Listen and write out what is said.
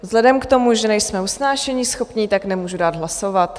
Vzhledem k tomu, že nejsme usnášeníschopní, tak nemůžu dát hlasovat.